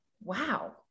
wow